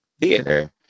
theater